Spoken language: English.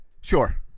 Sure